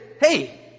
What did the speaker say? hey